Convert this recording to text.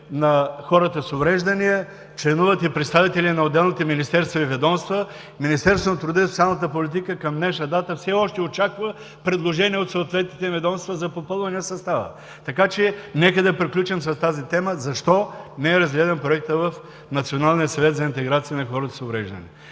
на хората с увреждания, членуват и представители на отделните министерства и ведомства. Министерството на труда и социалната политика към днешна дата все още очаква предложения от съответните ведомства за попълване на състава. Нека да приключим с тази тема: защо не е разгледан проектът в